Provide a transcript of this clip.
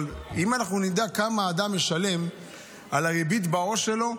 אבל אם אנחנו נדע כמה אדם משלם על הריבית בעו"ש שלו,